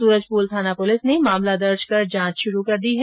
सूरजपोल थाना पुलिस ने मामला दर्ज कर जांच शुरू कर दी है